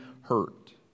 hurt